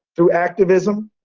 through activism,